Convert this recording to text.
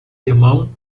irmão